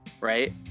right